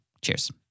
Cheers